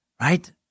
Right